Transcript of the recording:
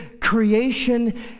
creation